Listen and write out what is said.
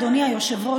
אדוני היושב-ראש,